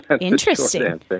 Interesting